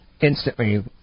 instantly